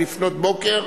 כאן.